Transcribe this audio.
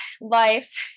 life